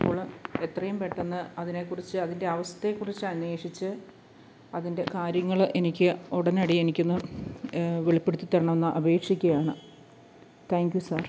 അപ്പോള് എത്രയും പെട്ടെന്ന് അതിനെക്കുറിച്ച് അതിൻ്റെ അവസ്ഥയെക്കുറിച്ചന്വേഷിച്ച് അതിൻ്റെ കാര്യങ്ങള് എനിക്ക് ഉടനടി എനിക്കൊന്ന് വെളുപ്പെടുത്തിത്തരണമെന്ന് അപേക്ഷിക്കുകയാണ് താങ്ക് യൂ സാർ